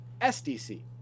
SDC